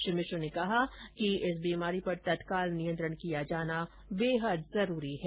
श्री मिश्र ने कहा कि इस बीमारी पर तत्काल नियंत्रण किया जाना भी र्बहद जरूरी है